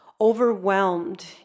overwhelmed